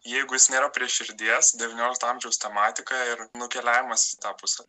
jeigu jis nėra prie širdies devyniolikto amžiaus tematika ir nukeliavimas į tą pusę